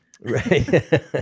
Right